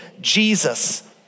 Jesus